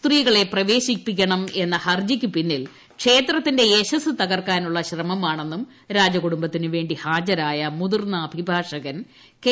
സ്ത്രീകളെ പ്രവേശിപ്പിക്കണമെന്ന ഹർജിക്കു പിന്നിൽ ക്ഷേത്രത്തിന്റെ യശസ് തകർക്കാനുള്ള ശ്രമമാണെന്നും രാജകുടുംബത്തിനു വേ ി ഹാജരായ മുതിർന്ന അഭിഭാഷകൻ കെ